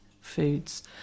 foods